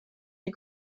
die